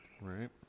Right